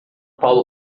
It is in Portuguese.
paulo